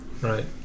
right